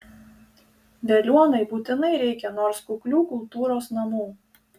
veliuonai būtinai reikia nors kuklių kultūros namų